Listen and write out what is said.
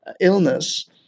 illness